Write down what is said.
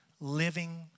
living